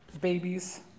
babies